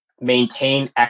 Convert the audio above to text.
maintain